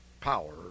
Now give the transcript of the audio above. power